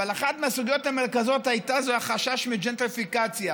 אבל אחת מהסוגיות המרכזיות הייתה החשש מג'נטריפיקציה,